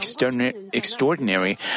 extraordinary